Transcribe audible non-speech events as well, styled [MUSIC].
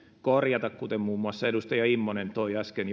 korjata kuten muun muassa edustaja immonen jo äsken [UNINTELLIGIBLE]